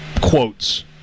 quotes